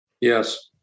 Yes